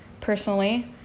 personally